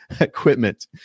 equipment